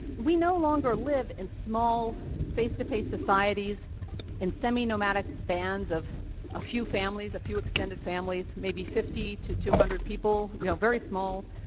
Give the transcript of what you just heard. we no longer live in small face to face societies in semi nomadic bands of a few families, a few extended families, maybe fifty to two hundred people, you know very small,